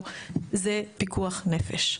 זה פיקוח נפש.